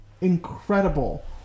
incredible